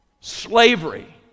Slavery